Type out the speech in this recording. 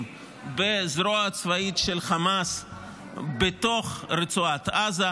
בזרוע הצבאית של חמאס בתוך רצועת עזה,